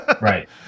Right